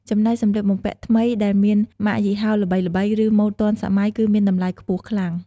ចំណែកសម្លៀកបំពាក់ថ្មីដែលមានម៉ាកយីហោល្បីៗ ឬម៉ូដទាន់សម័យគឺមានតម្លៃខ្ពស់ខ្លាំង។